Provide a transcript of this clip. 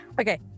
Okay